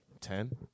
Ten